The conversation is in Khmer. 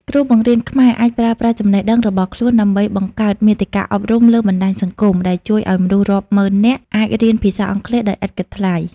គ្រូបង្រៀនខ្មែរអាចប្រើប្រាស់ចំណេះដឹងរបស់ខ្លួនដើម្បីបង្កើតមាតិកាអប់រំលើបណ្តាញសង្គម ដែលជួយឱ្យមនុស្សរាប់ម៉ឺននាក់អាចរៀនភាសាអង់គ្លេសដោយឥតគិតថ្លៃ។